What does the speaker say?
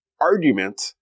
Argument